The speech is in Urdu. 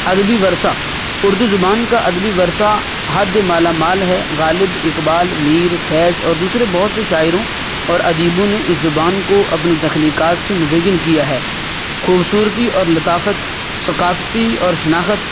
ادبی ورثہ اردو زبان کا ادبی ورثہ حد مالا مال ہے غالب اقبال میر فیض اور دوسرے بہت سے شاعروں اور ادیبوں نے اس زبان کو اپنی تخلیقات سے مزین کیا ہے خوبصورتی اور لطافت ثقافتی اور شناخت